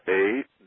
eight